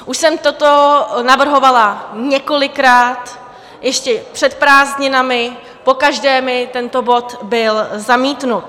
Už jsem toto navrhovala několikrát ještě před prázdninami, pokaždé mi tento bod byl zamítnut.